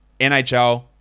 NHL